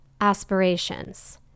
aspirations